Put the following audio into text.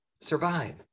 survive